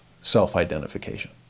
self-identification